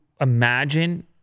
imagine